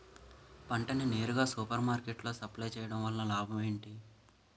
పంట ని నేరుగా సూపర్ మార్కెట్ లో సప్లై చేయటం వలన లాభం ఏంటి?